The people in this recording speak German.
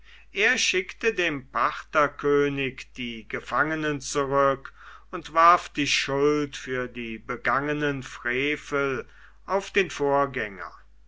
er schickte dem partherkönig die gefangenen zurück und warf die schuld für die begangenen frevel auf den vorgänger